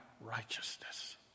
righteousness